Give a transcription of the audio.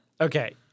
Okay